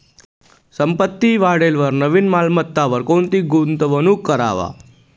संपत्ती वाढेलवर नवीन मालमत्तावर कोणती गुंतवणूक करवा